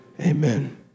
amen